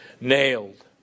Nailed